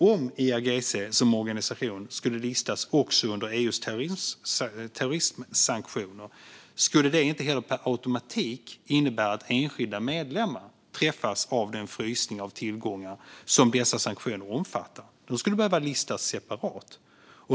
Om IRGC som organisation skulle listas också under EU:s terrorismsanktioner skulle det inte heller per automatik innebära att enskilda medlemmar träffas av den frysning av tillgångar som dessa sanktioner omfattar, utan de skulle behöva listas separat.